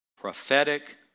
prophetic